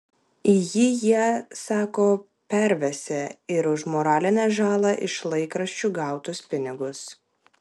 į jį jie sako pervesią ir už moralinę žalą iš laikraščių gautus pinigus